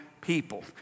people